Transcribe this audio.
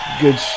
Good